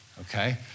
Okay